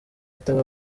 ataba